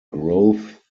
growth